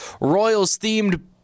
Royals-themed